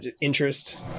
interest